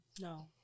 No